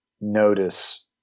notice